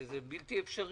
זה בלתי-אפשרי.